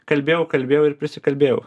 kalbėjau kalbėjau ir prisikalbėjau